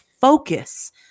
focus